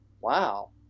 wow